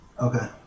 Okay